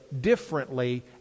differently